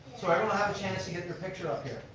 so everyone have a chance to get their picture up here.